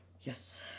Yes